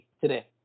today